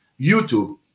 YouTube